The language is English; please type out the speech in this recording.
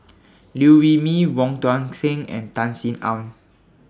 Liew Wee Mee Wong Tuang Seng and Tan Sin Aun